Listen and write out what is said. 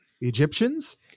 Egyptians